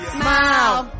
smile